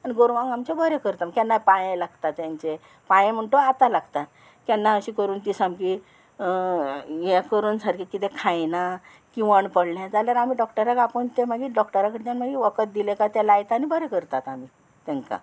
आनी गोरवांक आमचें बरें करता केन्नाय पांये लागता तेंचें पांये म्हण तूं आतां लागता केन्ना अशी करून ती सामकी हे करून सारकें कितें खायना किवण पडलें जाल्यार आमी डॉक्टरा आपोवन तें मागीर डॉक्टरा कडच्यान मागीर वखद दिलें काय तें लायता आनी बरें करतात आमी तेंकां